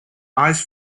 ice